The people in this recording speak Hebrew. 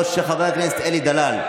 2023, של חבר הכנסת אלי דלל.